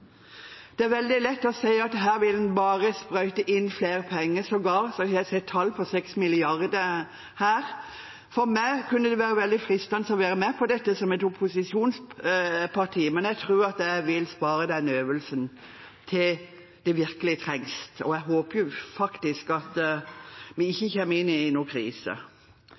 Det er veldig lett bare å si at en vil sprøyte inn mer penger; jeg har sågar sett tall på 6 mrd. kr her. For meg, som representant for et opposisjonsparti, kunne det vært veldig fristende å være med på dette, men jeg tror jeg vil spare den øvelsen til det virkelig trengs. Jeg håper at vi ikke kommer inn i en krise.